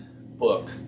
book